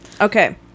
Okay